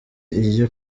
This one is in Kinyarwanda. iyo